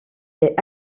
est